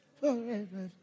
forever